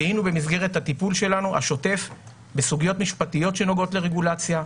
זיהינו במסגרת הטיפול שלנו השוטף בסוגיות משפטיות שנוגעות לרגולציה,